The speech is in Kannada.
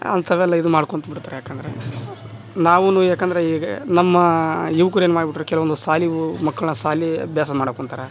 ಅಂಥವೆಲ್ಲ ಇದ್ಮಾಡ್ಕೊಂಡ್ಬಿಡ್ತಾರೆ ಯಾಕಂದರೆ ನಾವುನು ಯಾಕಂದ್ರ ಹೀಗೆ ನಮ್ಮ ಯುವಕರೇನು ಮಾಡ್ಬಿಟ್ಟರು ಕೆಲವೊಂದು ಶಾಲಿವು ಮಕ್ಕಳನ್ನ ಶಾಲಿ ಅಭ್ಯಾಸ ಮಾಡಕ್ಕುಂತಾರ